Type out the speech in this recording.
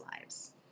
lives